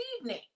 evening